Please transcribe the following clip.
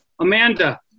Amanda